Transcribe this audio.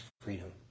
freedom